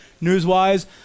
news-wise